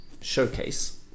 showcase